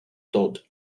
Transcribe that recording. dod